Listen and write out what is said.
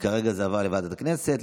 כרגע זה עבר לוועדת הכנסת.